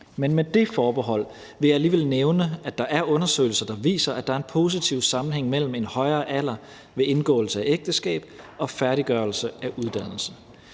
Men med det forbehold vil jeg alligevel nævne, at der er undersøgelser, der viser, at der er en positiv sammenhæng mellem en højere alder ved indgåelse af ægteskab og færdiggørelse af uddannelse.